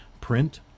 print